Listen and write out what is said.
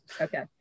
Okay